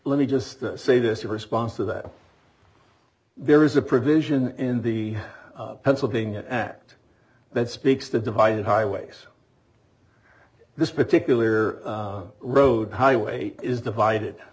let me just say this in response to that there is a provision in the pennsylvania act that speaks to divided highways this particular road highway is divided